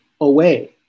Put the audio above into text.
away